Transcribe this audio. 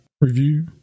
review